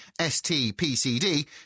STPCD